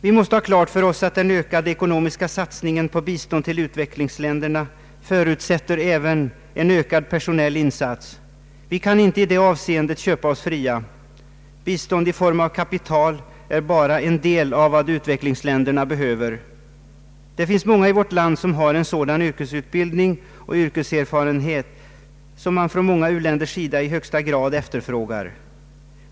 Vi måste ha klart för oss att den ökade ekonomiska satsningen på bistånd till utvecklingsländerna förutsätter även en ökad personell insats. Vi kan inte i det avseendet köpa oss fria. Bistånd i form av kapital är bara en del av vad utvecklingsländerna behöver. Det finns många i vårt land som har en sådan yrkesutbildning och yrkeserfarenhet som man från många u-länders sida i högsta grad efterfrågar.